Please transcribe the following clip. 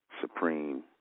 supreme